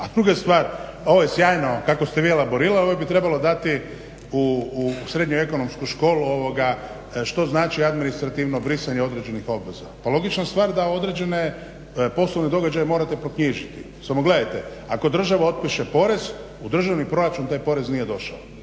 A druga stvar, ovo je sjajno kako ste vi elaborirali, ovo bi trebalo dati u srednju ekonomsku školu što znači administrativno brisanje određenih obveza. Pa logična stvar da određene poslovne događaje morat proknjižiti, samo gledajte ako država otpiše porez u državni proračun taj porez nije došao.